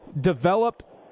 develop